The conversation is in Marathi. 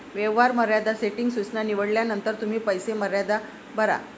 व्यवहार मर्यादा सेटिंग सूचना निवडल्यानंतर तुम्ही पैसे मर्यादा भरा